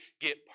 get